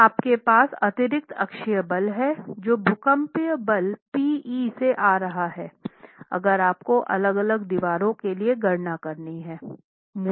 तो आपके पास अतिरिक्त अक्षीय बल हैं जो भूकंप बलों Pe से आ रहा है अगर आपको अलग अलग दीवारों के लिए गणना करनी है